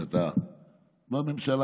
כשאתה בממשלה,